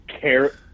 care